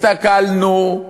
הסתכלנו,